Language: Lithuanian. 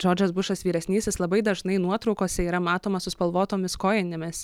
džordžas bušas vyresnysis labai dažnai nuotraukose yra matomas su spalvotomis kojinėmis